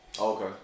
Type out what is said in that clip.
okay